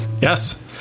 yes